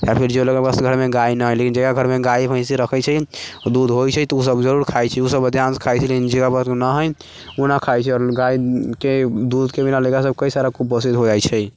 या फेर जे लोग असगर घरमे गाय नहि हय लेकिन जेकरा घरमे गाय भैंस रखै छै दूध होइ छै तऽ उ सभ जरूर खाइ छै उ सभ अधिकांश खाइ छै लेकिन जकरा पास नहि हय उ नहि खाइ छै आओर गायके दूधके बिना एकरा सभके कइ सारा कुपोषण हो जाइ छै